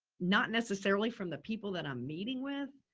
not necessarily from the people that i'm meeting with,